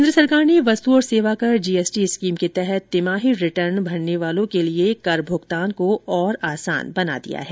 केन्द्र सरकार ने वस्तु और सेवाकर जीएसटी स्कीम के तहत तिमाही रिटर्न भरने वालों के लिए कर भूगतान को अधिक आसान बना दिया है